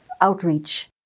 outreach